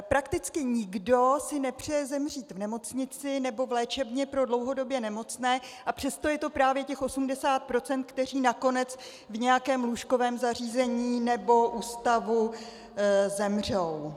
Prakticky nikdo si nepřeje zemřít v nemocnici nebo v léčebně pro dlouhodobě nemocné, a přesto je to právě těch 80 %, kteří nakonec v nějakém lůžkovém zařízení nebo ústavu zemřou.